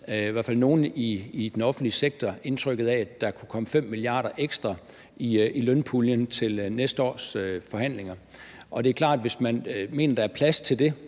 i hvert fald nogle i den offentlige sektor indtrykket af, at der kunne komme 5 mia. kr. ekstra i lønpuljen til næste års forhandlinger. Vi er jo alle sammen optaget af, at det